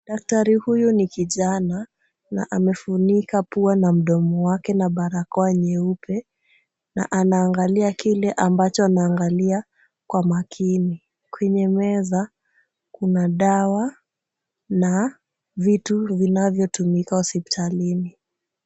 Daktari huyu ni kijana na amefunika pua na mdomo wake na barakoa nyeupe na anaangalia kile ambacho anaangalia kwa makini. Kwenye meza kuna dawa na vitu vinavyotumika hospitalini.